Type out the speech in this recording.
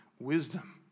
wisdom